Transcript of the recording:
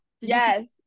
yes